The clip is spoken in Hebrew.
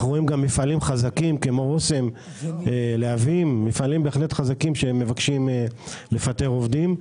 אנחנו רואים גם מפעלים חזקים כמו "אוסם" ו"להבים" שמבקשים לפטר עובדים.